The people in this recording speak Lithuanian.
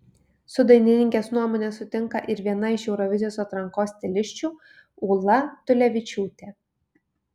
su dainininkės nuomone sutinka ir viena iš eurovizijos atrankos stilisčių ūla tulevičiūtė